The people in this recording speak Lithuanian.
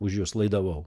už jus laidavau